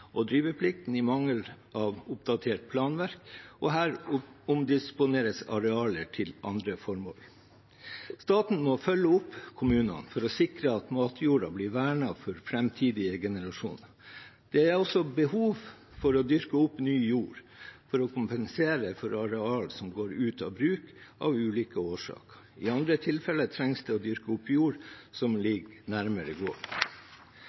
driveplikten i mangel av oppdaterte planverk, og her omdisponeres arealer til andre formål. Staten må følge opp kommunene for å sikre at matjorda blir vernet for framtidige generasjoner. Det er også behov for å dyrke opp ny jord for å kompensere for areal som går ut av bruk av ulike årsaker. I andre tilfeller trengs det å dyrke opp jord som